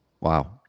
Wow